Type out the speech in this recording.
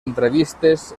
entrevistes